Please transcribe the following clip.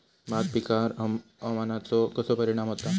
भात पिकांर हवामानाचो कसो परिणाम होता?